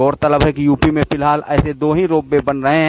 गौरतलब है कि यूपी में फिलहाल ऐसे दो ही रोप वे बन रहे हैं